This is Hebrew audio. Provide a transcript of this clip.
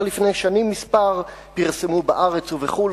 כבר לפני שנים מספר פרסמו בארץ ובחו"ל